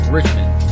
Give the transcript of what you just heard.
Richmond